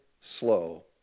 slow